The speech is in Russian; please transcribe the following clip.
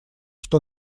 что